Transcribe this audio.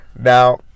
now